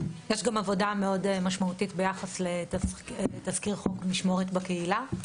יש גם עבודה מאוד משמעותית ביחס לתזכיר חוק משמורת בקהילה,